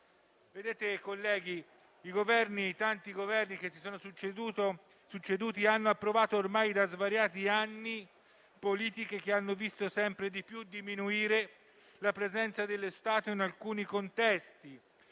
dedicato. Colleghi, i tanti Governi che si sono succeduti hanno approvato, ormai da svariati anni, politiche che hanno visto sempre di più diminuire la presenza dello Stato in alcuni contesti.